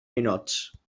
ninots